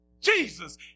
Jesus